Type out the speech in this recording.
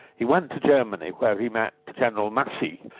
he went to germany where he met general massu,